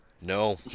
No